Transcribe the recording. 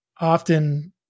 Often